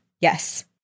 Yes